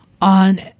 On